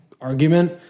argument